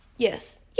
Yes